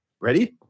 Ready